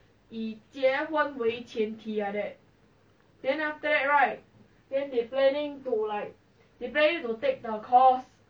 but then fixed deposit is die die cannot touch is it you can choose [one] ah